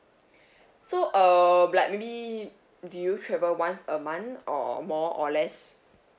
so err like maybe do you travel once a month or more or less